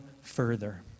further